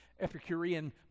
Epicurean